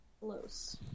close